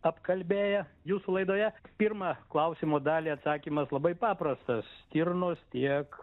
apkalbėję jūsų laidoje pirmą klausimo dalį atsakymas labai paprastas stirnos tiek